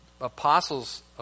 apostles